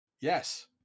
Yes